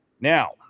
Now